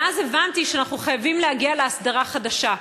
ואז הבנתי שאנחנו חייבים להגיע להסדרה חדשה.